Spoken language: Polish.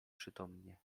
przytomnie